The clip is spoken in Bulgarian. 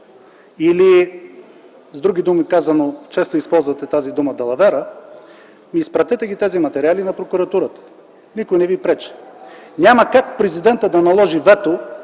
или, с други думи казано, често използвате тази дума „далавера”, изпратете тези материали на прокуратурата, никой не Ви пречи. Няма как президентът да наложи вето